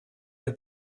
der